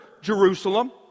Jerusalem